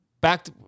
back